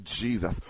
Jesus